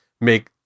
make